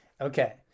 Okay